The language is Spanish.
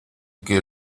que